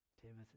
Timothy